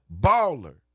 Baller